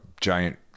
giant